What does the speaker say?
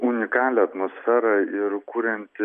unikalią atmosferą ir kurianti